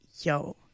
yo